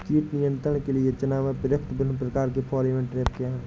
कीट नियंत्रण के लिए चना में प्रयुक्त विभिन्न प्रकार के फेरोमोन ट्रैप क्या है?